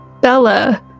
Bella